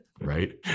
right